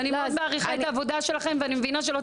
אני מאוד מעריכה את העבודה שלכם ואני מבינה שלא